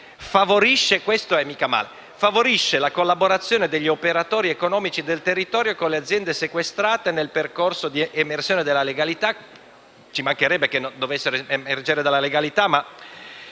Favorisce la collaborazione degli operatori economici del territorio con le aziende sequestrate nel percorso di emersione alla legalità (questo è mica male, ci mancherebbe che non dovessero emergere alla legalità);